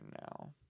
now